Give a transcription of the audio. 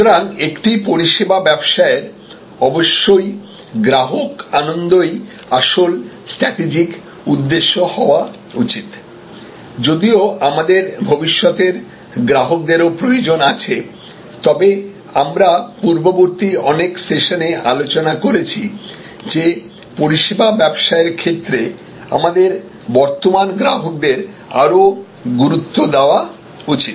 সুতরাং একটি পরিষেবা ব্যবসায়ের অবশ্যই গ্রাহক আনন্দই আসল স্ট্র্যাটেজিক উদ্দেশ্য হওয়া উচিত যদিও আমাদের ভবিষ্যতের গ্রাহকদের ও প্রয়োজন আছে তবে আমরা পূর্ববর্তী অনেক সেশনে আলোচনা করেছি যে পরিষেবা ব্যবসায়ের ক্ষেত্রে আমাদের বর্তমান গ্রাহকদের আরও গুরুত্ব দেওয়া উচিত